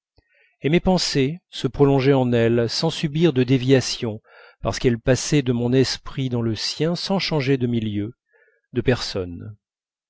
et mes pensées se prolongeaient en elle sans subir de déviation parce qu'elles passaient de mon esprit dans le sien sans changer de milieu de personne